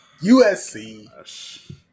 USC